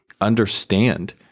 understand